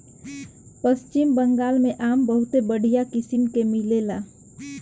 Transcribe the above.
पश्चिम बंगाल में आम बहुते बढ़िया किसिम के मिलेला